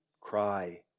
Cry